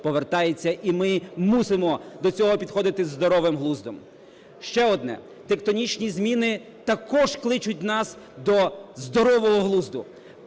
і ми мусимо до цього підходити з здоровим глуздом. Ще одне. Тектонічні зміни також кличуть нас до здорового глузду.